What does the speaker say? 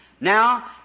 Now